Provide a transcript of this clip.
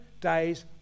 days